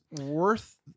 worth